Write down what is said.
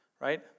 right